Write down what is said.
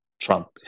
Trump